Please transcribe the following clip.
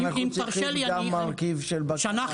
אז אנחנו צריכים גם מרכיב של בקרה